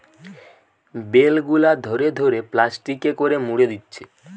bell গুলা ধরে ধরে প্লাস্টিকে করে মুড়ে দিচ্ছে